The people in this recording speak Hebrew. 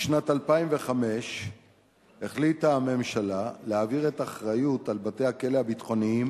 בשנת 2005 החליטה הממשלה להעביר את האחריות לבתי-הכלא הביטחוניים,